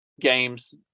games